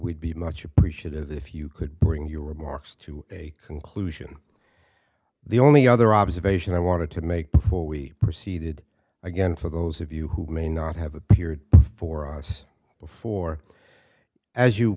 we'd be much appreciative if you could bring your remarks to a conclusion the only other observation i wanted to make before we proceeded again for those of you who may not have appeared for us before as you